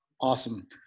Awesome